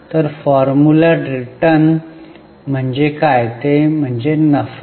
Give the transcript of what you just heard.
तर formula return म्हणजे काय ते म्हणजे नफा